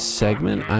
segment